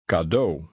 Cadeau